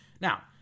Now